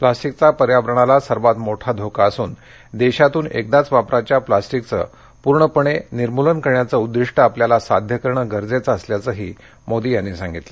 प्लास्टिकचा पर्यावरणाला सर्वात मोठा धोका असून देशातून एकदाच वापराच्या प्लास्टिकचं पूर्णपणे निर्मूलन करण्याचं उद्दीष्ट आपल्याला साध्य करणं गरजेचं असल्याचंही मोदी यांनी सांगितलं